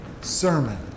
sermon